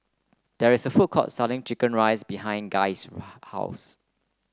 there is a food court selling chicken rice behind Guy's house